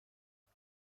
کجا